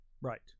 Right